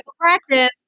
practice